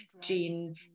gene